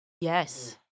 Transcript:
Yes